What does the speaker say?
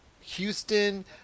Houston